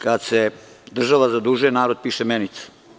Kad se država zadužuje narod piše menicu.